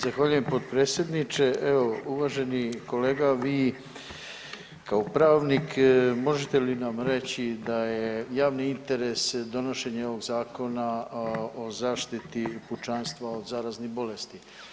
Zahvaljujem potpredsjedniče, evo uvaženi kolega vi kao pravnik možete li nam reći da je javni interes donošenje ovog Zakona o zaštiti pučanstva od zaraznih bolesti?